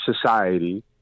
society